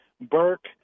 Burke